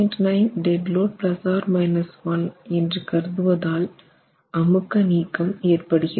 9DL ± 1 என்று கருதுவதால் அமுக்க நீக்கம் ஏற்படுகிறது